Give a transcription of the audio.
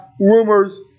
Rumors